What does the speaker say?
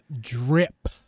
drip